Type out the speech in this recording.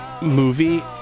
Movie